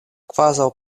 kvazaŭ